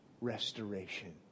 restoration